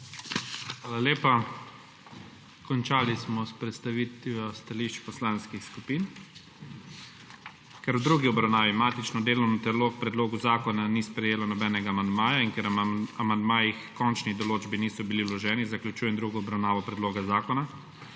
Hvala lepa. Končali smo s predstavitvijo stališč poslanskih skupin. Ker k drugi obravnavi matično delovno telo k predlogu zakona ni sprejelo nobenega amandmaja in ker amandmaji h končni določbi niso bili vloženi, zaključujem drugo obravnavo predloga zakona.